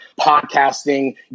podcasting